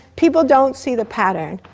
people don't see the pattern.